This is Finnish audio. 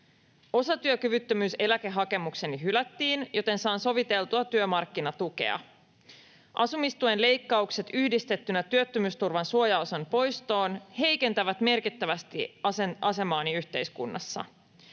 Osatyökyvyttömyyseläkehakemukseni hylättiin, joten saan soviteltua työmarkkinatukea. Asumistuen leikkaukset yhdistettynä työttömyysturvan suojaosan poistoon heikentävät merkittävästi asemaani yhteiskunnassa.